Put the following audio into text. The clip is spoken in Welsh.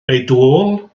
meudwyol